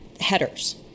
headers